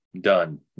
Done